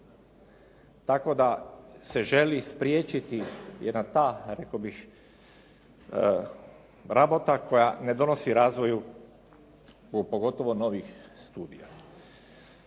Tako da se želi spriječiti jedna ta, rekao bih rabota koja ne donosi razvoju, pogotovo novih studija.